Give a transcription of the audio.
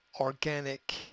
organic